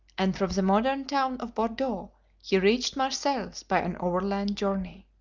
and from the modern town of bordeaux he reached marseilles by an overland journey.